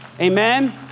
Amen